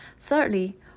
Thirdly